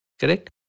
correct